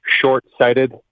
short-sighted